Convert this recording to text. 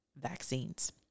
vaccines